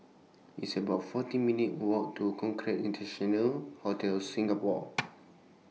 It's about fourteen minutes' Walk to Hotel Singapore